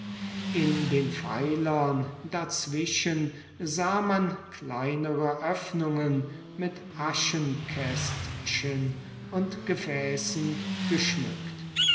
in den pfeilern dazwischen sah man kleinere öffnungen mit aschenkästchen und gefäßen geschmückt